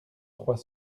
trois